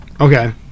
Okay